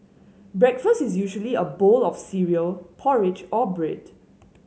breakfast is usually a bowl of cereal porridge or bread